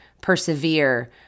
persevere